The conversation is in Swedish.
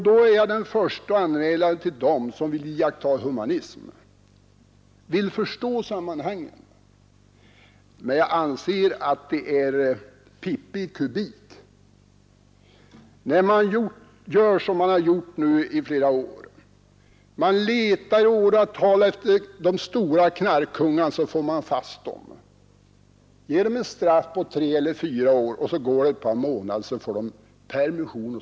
Då är jag den förste att ansluta mig till dem som vill iaktta humanism och vill försöka förstå sammanhangen. Jag anser dock att det är pippi i kubik när man gör som man nu gjort i flera år. Man har letat i åratal efter de stora knarkkungarna och får fast dem. Man ger dem ett straff på tre eller fyra år. Sedan går det ett par månader och sedan får de permission.